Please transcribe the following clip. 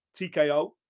TKO